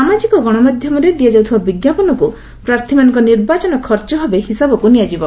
ସାମାଜିକ ଗଶମାଧ୍ୟମରେ ଦିଆଯାଉଥିବା ବିଜ୍ଞାପନକୁ ସହ ପ୍ରାର୍ଥୀମାନଙ୍କ ନିର୍ବାଚନ ଖର୍ଚ୍ଚ ଭାବେ ହିସାବକୁ ନିଆଯିବ